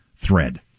thread